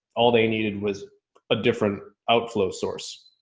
all they needed was a different outflow source.